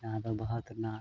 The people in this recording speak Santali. ᱡᱟᱦᱟᱸ ᱫᱚ ᱵᱷᱟᱨᱚᱛ ᱨᱮᱱᱟᱜ